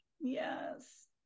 yes